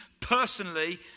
personally